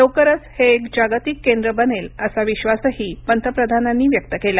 लवकरच हे एक जागतिक केंद्र बनेल असा विश्वासही पंतप्रधानांनी व्यक्त केला